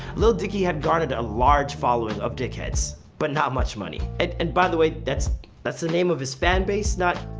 lil dicky had garnered a large following of dick heads, but not much money. and by the way that's that's the name of his fanbase not,